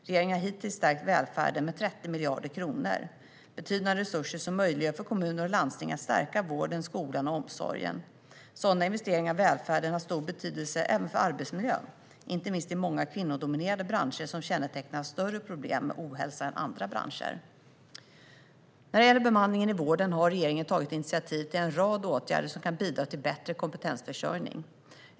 Regeringen har hittills stärkt välfärden med 30 miljarder kronor - betydande resurser som möjliggör för kommunerna och landstingen att stärka vården, skolan och omsorgen. Sådana investeringar i välfärden har stor betydelse även för arbetsmiljön, inte minst i många kvinnodominerade branscher, som kännetecknas av större problem med ohälsa än andra branscher. När det gäller bemanningen i vården har regeringen tagit initiativ till en rad åtgärder som kan bidra till bättre kompetensförsörjning.